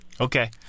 Okay